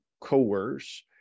coerce